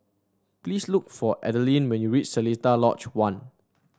please look for Adilene when you reach Seletar Lodge One